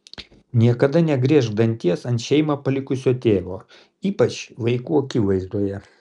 niekada negriežk danties ant šeimą palikusio tėvo ypač vaikų akivaizdoje